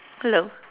hello